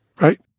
Right